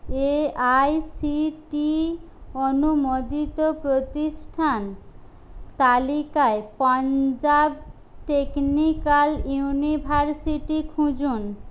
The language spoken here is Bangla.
এ আই সি টি অনুমোদিত প্রতিষ্ঠান তালিকায় পাঞ্জাব টেকনিক্যাল ইউনিভার্সিটি খুঁজুন